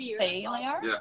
failure